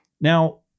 Now